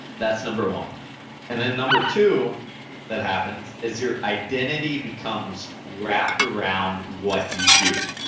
that's number one and then number two that happens is your identity becomes wrapped around what you do.